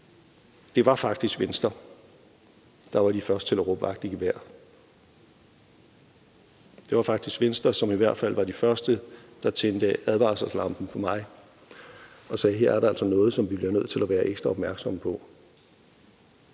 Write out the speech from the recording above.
at det faktisk var Venstre, der var de første til at råbe vagt i gevær. Det var i hvert fald Venstre, som var de første til at tænde advarselslamperne hos mig ved at sige: Her er der altså noget, som vi bliver nødt til at være ekstra opmærksomme på.